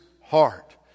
heart